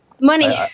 money